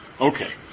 Okay